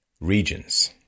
regions